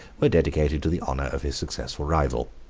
were dedicated to the honor of his successful rival.